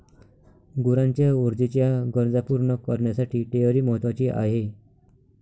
गुरांच्या ऊर्जेच्या गरजा पूर्ण करण्यासाठी डेअरी महत्वाची आहे